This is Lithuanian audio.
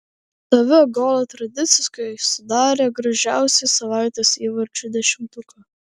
tv golo tradiciškai sudarė gražiausių savaitės įvarčių dešimtuką